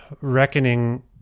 reckoning